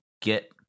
get